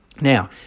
Now